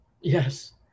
Yes